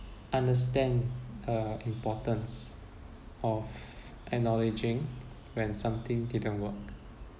understand uh importance of acknowledging when something didn't work